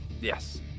Yes